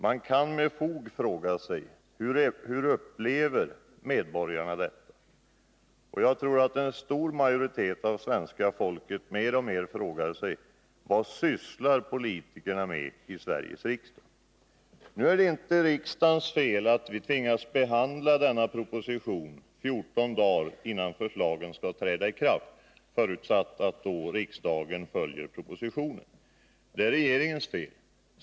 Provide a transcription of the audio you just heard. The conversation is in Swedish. Man kan med fog fråga sig: Hur upplever medborgarna detta? Jag tror att en stor majoritet av svenska folket mer och mer börjar fråga sig: Vad sysslar politikerna med i Sveriges riksdag? Nu är det inte riksdagens fel att vi tvingas behandla denna proposition 14 dagar innan förslagen skall träda i kraft, förutsatt att riksdagen följer propositionen. Det är regeringens fel.